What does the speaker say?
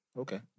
Okay